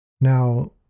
Now